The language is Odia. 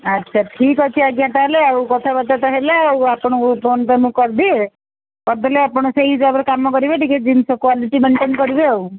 ଆଚ୍ଛା ଠିକ୍ ଅଛି ଆଜ୍ଞା ତାହେଲେ ଆଉ କଥାବାର୍ତ୍ତା ତ ହେଲା ଆଉ ଆପଣଙ୍କୁ ଫୋନ୍ ପେ ମୁଁ କରିଦିଏ କରିଦେଲେ ଆପଣ ସେଇ ହିସାବରେ କାମ କରିବେ ଟିକେ ଜିନିଷ କ୍ୱାଲିଟି ମେଣ୍ଟେନ୍ କରିବେ ଆଉ